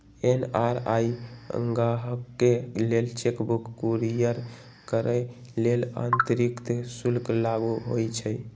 NRI गाहकके लेल cheque book courier करय लेल अतिरिक्त शुल्क लागू होइ छइ